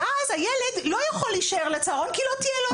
ואז הילד לא יכול להישאר לצהרון כי לא תהיה לו הסעה.